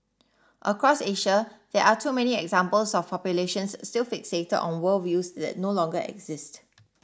across Asia there are too many examples of populations still fixated on worldviews that no longer exist